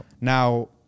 Now